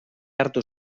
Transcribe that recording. hartu